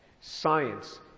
Science